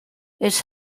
its